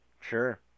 Sure